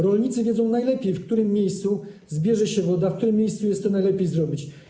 Rolnicy wiedzą najlepiej, w którym miejscu zbierze się woda, w którym miejscu jest to najlepiej zrobić.